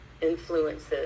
influences